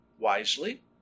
wisely